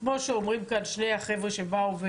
כמו שאומרים כאן שני החבר'ה שבאו,